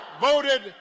voted